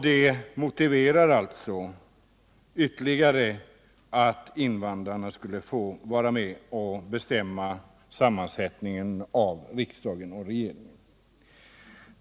Det motiverar ytterligare att invandrarna skulle få vara med om att bestämma sammansättningen av riksdagen och regeringen.